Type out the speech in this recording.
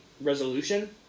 resolution